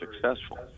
successful